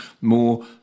more